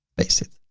paste it.